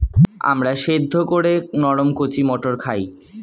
আমরা সেদ্ধ করে নরম কচি মটর খাই